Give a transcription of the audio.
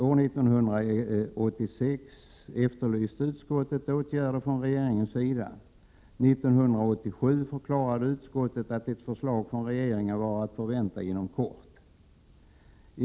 År 1986 efterlyste utskottet åtgärder från regeringens sida. År 1987 förklarade utskottet att förslag från regeringen var att förvänta inom kort.